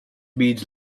means